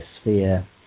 sphere